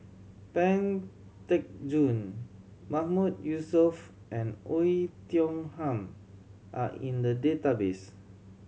Pang Teck Joon Mahmood Yusof and Oei Tiong Ham are in the database